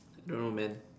don't know man